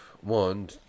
one